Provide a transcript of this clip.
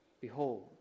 behold